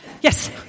Yes